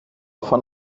von